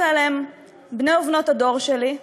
בבקשה.